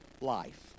life